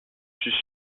suis